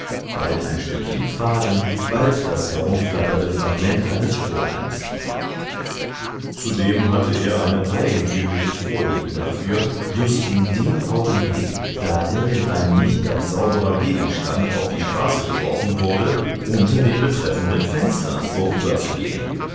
bald ein stückchen faden bald das herumflatternde fragment eines strohhalms zudem hatte er eine eigentümliche vorliebe dafür just in dem augenblick da irgendein nicht ganz sauberer gegenstand auf die straße geworfen wurde unter den betreffenden fenstern vorüberzugehen